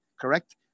correct